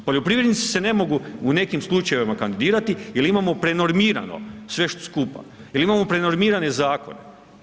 Poljoprivrednici se ne mogu u nekim slučajevima kandidirati jer imamo prenormirano sve skupa, jer imamo prenormirane zakone.